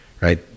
right